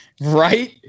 right